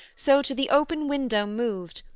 so to the open window moved,